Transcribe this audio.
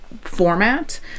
format